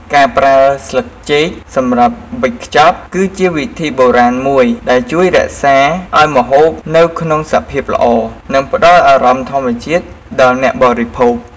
ការប្រើស្លឹកចេកសម្រាប់វេចខ្ចប់ គឺជាវិធីបុរាណមួយដែលជួយរក្សាឱ្យម្ហូបនៅក្នុងសភាពល្អ និងផ្តល់អារម្មណ៍ធម្មជាតិដល់អ្នកបរិភោគ។